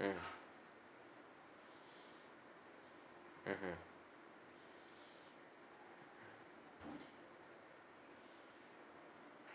hmm mm hmm